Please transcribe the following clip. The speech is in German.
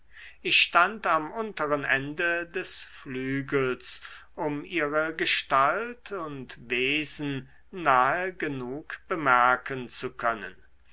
ich stand am unteren ende des flügels um ihre gestalt und wesen nahe genug bemerken zu können